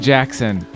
Jackson